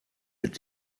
mit